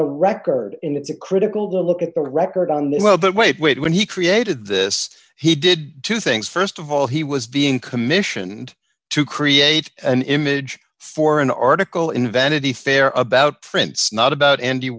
the record and it's a critical look at the record on the well but wait wait when he created this he did two things st of all he was being commissioned to create an image for an article in vanity fair about prints not about andy